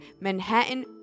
Manhattan